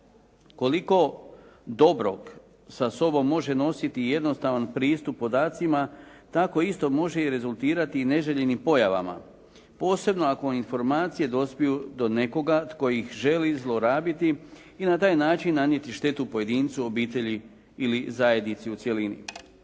Koliko dobrog sa sobom može nositi jednostavan pristup podacima, tako isto može i rezultirati neželjenim pojavama posebno ako informacije dospiju do nekoga tko ih želi zlorabiti i na taj način nanijeti štetu pojedincu, obitelji ili zajednici u cjelini.